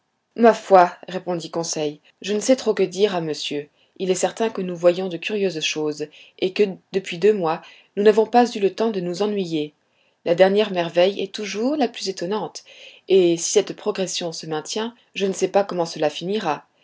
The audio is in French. ma foi répondit conseil je ne sais trop que dire à monsieur il est certain que nous voyons de curieuses choses et que depuis deux mois nous n'avons pas eu le temps de nous ennuyer la dernière merveille est toujours la plus étonnante et si cette progression se maintient je ne sais pas comment cela finira